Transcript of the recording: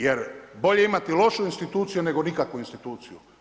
Jer bolje imati lošu instituciju, nego nikakvu instituciju.